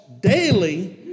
daily